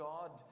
God